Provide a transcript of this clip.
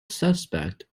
suspect